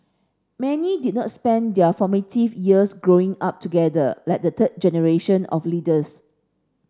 many did not spend their formative years Growing Up together like the third generation of leaders